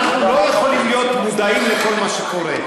אנחנו לא יכולים להיות מודעים לכל מה שקורה,